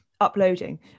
Uploading